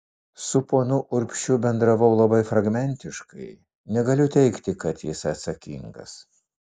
su ponu urbšiu bendravau labai fragmentiškai negaliu teigti kad jis atsakingas